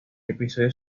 episodio